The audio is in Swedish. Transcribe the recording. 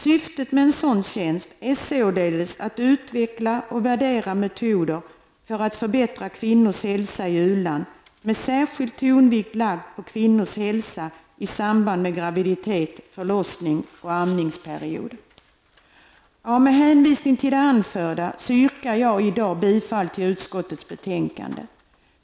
Syftet med en sådan tjänst är således att utveckla och värdera metoder för att förbättra kvinnors hälsa i u-land -- med särskild tonvikt på kvinnors hälsa i samband med graviditet, förlossning och amningsperiod. Med hänvisning till det anförda yrkar jag i dag bifall till utskottets hemställan i betänkandet.